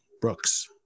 Brooks